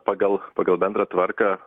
pagal pagal bendrą tvarką